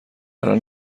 الان